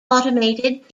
automated